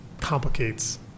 complicates